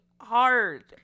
hard